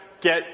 get